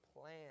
plan